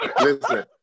listen